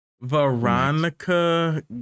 Veronica